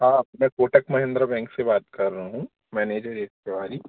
हाँ मैं कोटक महिन्द्रा बैंक से बात कर रहा हूँ मैनेजर एस तिवारी